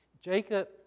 Jacob